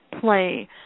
play